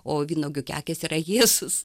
o vynuogių kekės yra jėzus